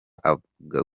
avuga